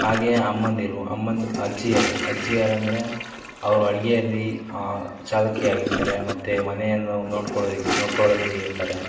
ಹಾಗೇ ಅಮ್ಮಂದಿರು ಅಮ್ಮನ ಅಜ್ಜಿಯರು ಅಜ್ಜಿಯರಂದರೆ ಅವ್ರು ಅಡಿಗೆಯಲ್ಲಿ ಚಾಲಾಕಿಯಾಗಿರ್ತಾರೆ ಮತ್ತು ಮನೆಯನ್ನು ನೋಡ್ಕೊಳೋದಿಕ್ಕೆ ನೋಡ್ಕೊಳ್ಳೋದ್ರಲ್ಲಿ ಇರ್ತಾರೆ